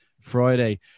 Friday